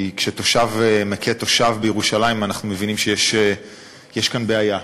כי כשתושב מכה תושב בירושלים אנחנו מבינים שיש כאן בעיה.